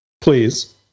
please